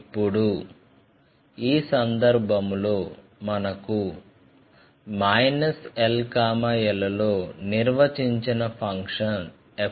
ఇప్పుడు ఈ సందర్భంలో మనకు l l లో నిర్వచించిన ఫంక్షన్ fxx2